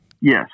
Yes